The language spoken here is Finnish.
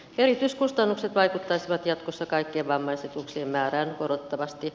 erityiskustannukset vaikuttaisivat jatkossa kaikkien vammaisetuuksien määrään korottavasti